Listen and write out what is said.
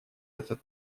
этот